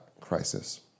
crisis